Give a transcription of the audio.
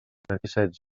tenir